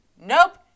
nope